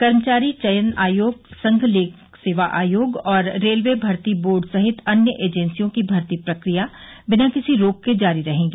कर्मचारी चयन आयोग संघ लोक सेवा आयोग और रेलवे भर्ती बोर्ड सहित अन्य एजेंसियों की भर्ती प्रक्रिया बिना किसी रोक के जारी रहेंगी